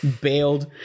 bailed